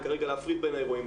הם כרגע להפריד בין האירועים.